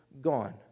gone